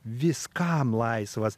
viskam laisvas